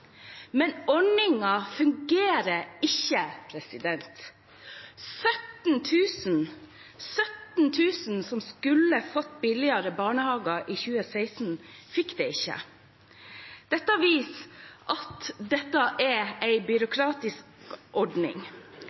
Men ordningen fungerer ikke. 17 000 – 17 000 – som skulle fått billigere barnehager i 2016, fikk det ikke. Det viser at dette er en byråkratisk ordning.